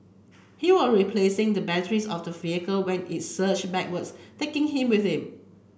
he was replacing the battery of the vehicle when it surge backwards taking him with it